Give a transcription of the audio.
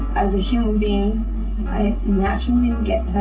as a human being, i naturally will get